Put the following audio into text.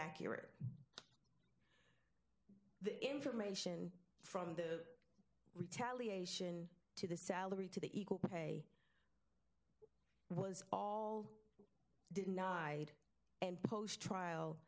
accurate the information from the retaliation to the salary to the equal pay was all denied and post trial